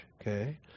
okay